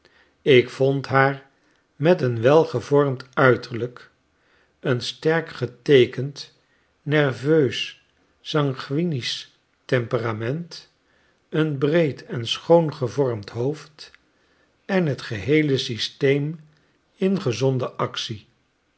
ik vond haar met een welgevormd uiterlyk een sterk geteekend nerveus sanguinisch temperament een breed en schoon gevormd hoofd en t geheele systeem in gezonde actie